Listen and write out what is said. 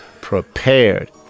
prepared